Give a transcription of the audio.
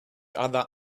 other